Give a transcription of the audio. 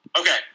Okay